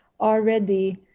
already